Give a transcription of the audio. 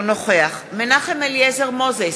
אינו נוכח מנחם אליעזר מוזס,